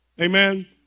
Amen